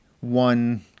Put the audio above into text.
one